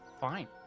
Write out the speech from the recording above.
Fine